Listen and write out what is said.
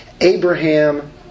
Abraham